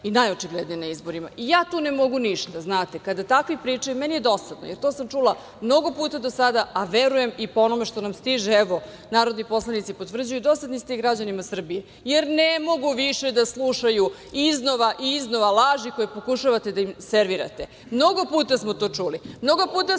i najočiglednije na izborima. Ja tu ne mogu ništa. Takvi pričaju meni je dosadno jer to sam čula mnogo puta do sada, a verujem po onome što nam stiže, evo narodni poslanici potvrđuju, dosadni ste i građanima Srbije, jer ne mogu više da slušaju iznova i iznova laži koje pokušavate da im servirate. Mnogo puta smo to čuli, mnogo puta smo